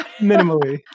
minimally